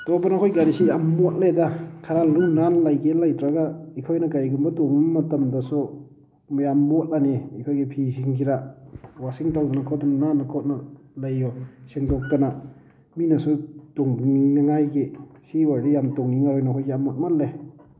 ꯇꯣꯝꯕ ꯅꯈꯣꯏ ꯒꯥꯔꯤꯁꯤ ꯌꯥꯝ ꯃꯣꯠꯂꯦꯗ ꯈꯔ ꯂꯨ ꯅꯥꯟꯅ ꯂꯩꯒꯦꯗꯤ ꯂꯩꯇ꯭ꯔꯒ ꯑꯩꯈꯣꯏꯅ ꯀꯔꯤꯒꯨꯝꯕ ꯇꯣꯡꯕ ꯃꯇꯝꯗꯁꯨ ꯌꯥꯝ ꯃꯣꯠꯂꯅꯤ ꯑꯩꯈꯣꯏꯒꯤ ꯐꯤꯁꯤꯡꯁꯤꯗ ꯋꯥꯁꯤꯡ ꯇꯧꯗꯅ ꯈꯣꯠꯇꯅ ꯅꯥꯟꯅ ꯈꯣꯠꯅ ꯂꯩꯌꯨ ꯁꯦꯡꯗꯣꯛꯇꯅ ꯃꯤꯅꯁꯨ ꯇꯣꯡꯕꯤꯅꯤꯡꯉꯥꯏꯒꯤ ꯁꯤ ꯑꯣꯏꯔꯗꯤ ꯌꯥꯝ ꯇꯣꯡꯅꯤꯡꯉꯔꯣꯏ ꯅꯈꯣꯏꯒꯤꯁꯤ ꯌꯥꯝ ꯃꯣꯠꯃꯜꯂꯦ